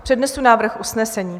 Přednesu návrh usnesení: